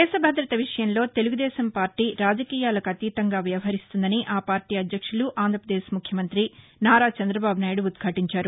దేశభద్రత విషయంలో తెలుగుదేశం పార్లీ రాజకీయాలకు అతీతంగా వ్యవహరిస్తుందని ఆపార్లీ అధ్యక్షులు ఆంధ్రపదేశ్ ముఖ్యమంతి నారా చంద్రబాబు నాయుడు ఉద్భాటించారు